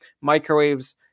microwaves